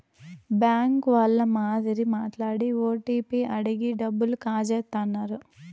bank వాళ్ళ మాదిరి మాట్లాడి ఓటీపీ అడిగి డబ్బులు కాజేత్తన్నారు